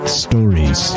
stories